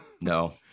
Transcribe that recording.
No